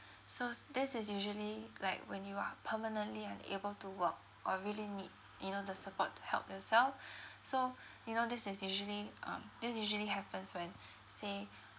so s~ this is usually like when you are permanently unable to work or really need you know the support to help yourself so you know this is usually um this usually happens when say